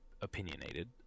opinionated